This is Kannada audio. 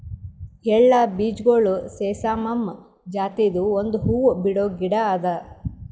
ಎಳ್ಳ ಬೀಜಗೊಳ್ ಸೆಸಾಮಮ್ ಜಾತಿದು ಒಂದ್ ಹೂವು ಬಿಡೋ ಗಿಡ ಅದಾ